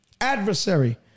adversary